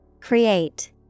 Create